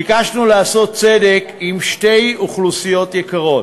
ביקשנו לעשות צדק עם שתי אוכלוסיות יקרות: